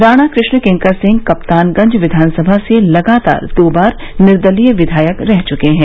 राणा कृष्ण किंकर सिंह कप्तानगंज विधान सभा से लगातार दो बार निर्दलीय विधायक रह चुके हैं